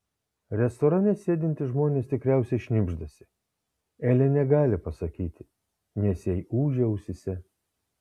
restorane sėdintys žmonės tikriausiai šnibždasi elė negali pasakyti nes jai ūžia ausyse